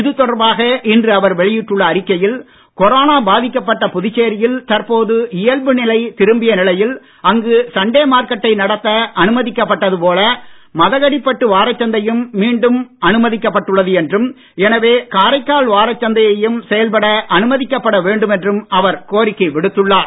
இது தொடர்பாக இன்று அவர் வெளியிட்டுள்ள அறிக்கையில் கொரோனா பாதிக்கப்பட்ட புதுச்சேரியில் தற்போது இயல்பு நிலை திரும்பிய நிலையில் அங்கு சண்டே மார்க்கெட்டை நடத்த அனுமதிக்கப்பட்டது போல் மதகடிப்பட்டு வாரச்சந்தையும் மீண்டும் அனுமதிக்கப் பட்டுள்ளதுஎன்றும் எனவே காரைக்கால் வாரச்சந்தையையும் செயல்பட அனுமதிக்கப் பட வேண்டும் என்றும் அவர் கோரிக்கை விடுத்துள்ளார்